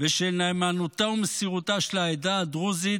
ושל נאמנותה ומסירותה של העדה הדרוזית